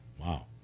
wow